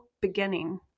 Beginning